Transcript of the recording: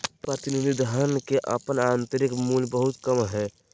प्रतिनिधि धन के अपन आंतरिक मूल्य बहुत कम हइ